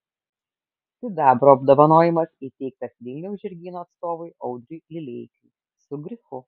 sidabro apdovanojimas įteiktas vilniaus žirgyno atstovui audriui lileikiui su grifu